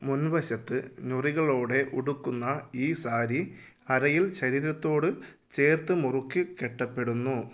മുൻവശത്ത് ഞൊറികളോടെ ഉടുക്കുന്ന ഈ സാരി അരയിൽ ശരീരത്തോട് ചേർത്ത് മുറുക്കി കെട്ടപ്പെടുന്നു